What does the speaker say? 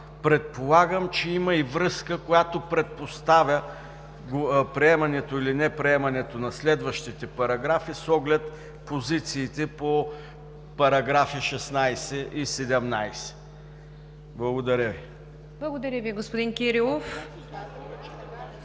Предполагам, че има и връзка, която предпоставя приемането или неприемането на следващите параграфи с оглед позициите по параграфи 16 и 17. Благодаря. ПРЕДСЕДАТЕЛ НИГЯР ДЖАФЕР: Благодаря Ви, господин Кирилов.